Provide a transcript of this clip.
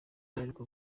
baheruka